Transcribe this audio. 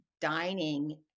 dining